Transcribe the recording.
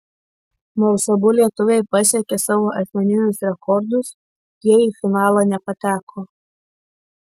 nors abu lietuviai pasiekė savo asmeninius rekordus jie į finalą nepateko